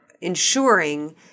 ensuring